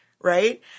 Right